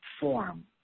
form